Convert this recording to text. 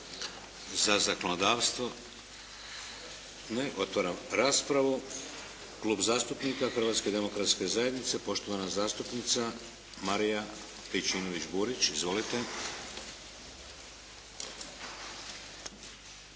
Za zakonodavstvo? Ne. Otvaram raspravu. Klub zastupnika Hrvatske demokratske zajednice, poštovana zastupnica Marija Pejčinović-Burić. Izvolite.